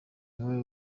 niwe